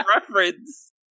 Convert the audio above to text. reference